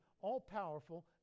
all-powerful